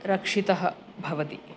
रक्षितः भवति